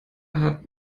hat